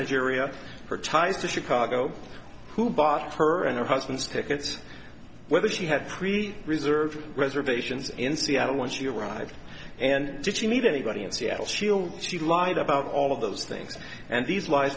nigeria her ties to chicago who bought her and her husband's tickets whether she had three reserved reservations in seattle want to ride and did she meet anybody in seattle shield she lied about all of those things and these lies